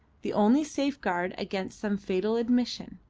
the only safeguard against some fatal admission.